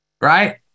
right